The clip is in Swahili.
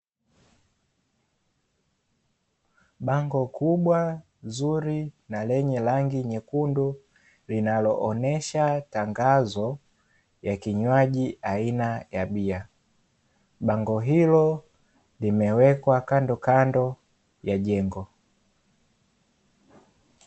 Bango kubwa, zuri na lenye rangi nyekundu, linaloonyesha tangazo ya kinywaji aina ya bia, bango hilo limewekwa kandokando ya jengo.